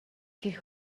гэх